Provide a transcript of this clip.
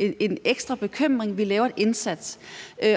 en ekstra bekymring, så vi laver en indsats.